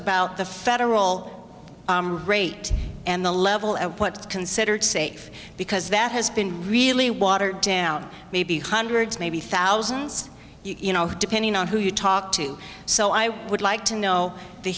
about the federal rate and the level at considered safe because that has been really watered down maybe hundreds maybe thousands you know depending on who you talk to so i would like to know the